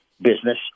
business